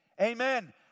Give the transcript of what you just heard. Amen